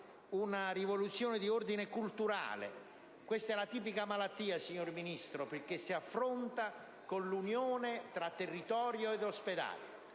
una rivoluzione di ordine culturale. Questa è la tipica malattia, signor Ministro, che si affronta con l'unione tra territori e ospedali,